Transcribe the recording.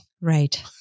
Right